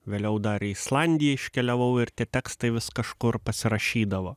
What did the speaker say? vėliau dar į islandiją iškeliavau ir tie tekstai vis kažkur pasirašydavo